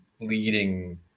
leading